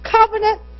covenant